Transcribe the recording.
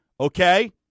okay